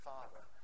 Father